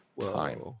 time